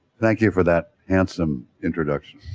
thank you for that handsome introduction.